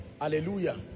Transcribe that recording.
Hallelujah